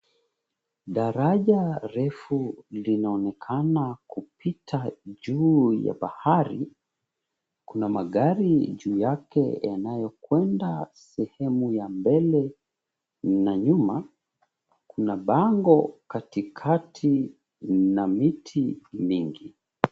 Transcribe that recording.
Daraja refu linaonekana kupita juu ya bahari. Kuna magari juu yake yanayokwenda sehemu ya mbele na nyuma, kuna bango katikati na miti mingi.